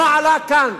זה לא עלה כאן.